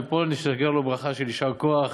ומפה נשגר לו ברכה של יישר כוח.